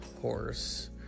horse